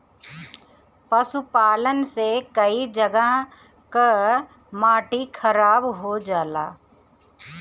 पशुपालन से कई जगह कअ माटी खराब हो जाला